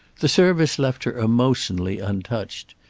the service left her emotionally untouched.